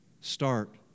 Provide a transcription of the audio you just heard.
Start